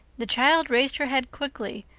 the child raised her head quickly,